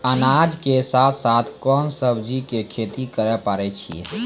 अनाज के साथ साथ कोंन सब्जी के खेती करे पारे छियै?